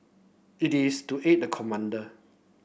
it is to aid the commander